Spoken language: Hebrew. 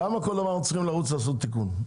למה לכל דבר צריך לעשות תיקון?